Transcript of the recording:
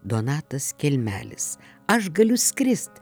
donatas kelmelis aš galiu skrist